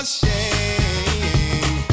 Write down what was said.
shame